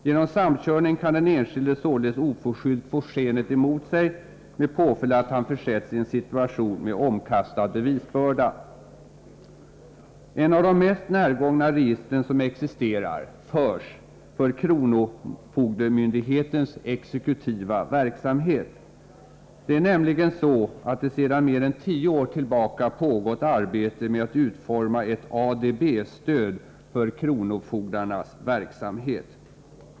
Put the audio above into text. Genom samkörning kan den enskilde således oförskyllt få skenet emot sig, med påföljd att han kan försättas i en situation med omkastad bevisbörda. Ett av de mest närgångna registren som existerar förs för kronofogdemyndighetens exekutiva verksamhet. Sedan mer än tio år tillbaka har nämligen pågått ett arbete med att utforma ett ADB-stöd för kronofogdarnas verksamhet.